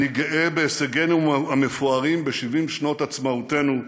אני גאה בהישגינו המפוארים ב-70 שנות עצמאותנו,